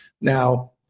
Now